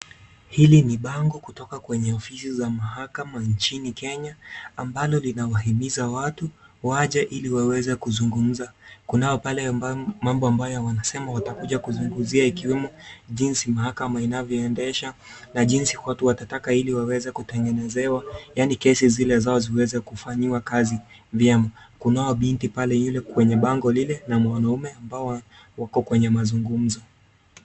Hili ni bango kutoka kwenye ofisi za mahakama nchini Kenya, ambalo linawahimiza watu waje iliwaweze kuzungumza, kunao pale mambo ambao wanasema watakuja kuzungumzia ikiwemo jinsi mahakama inavyoendesha na jinsi watu watataka iliwaweze kutengenezewa yaani kesi zile zao ziweze kufanyiwa kazi vyema, kunao binti pale ile kwenye bango lile na wanaume ambao wako kwenye mazungumzo.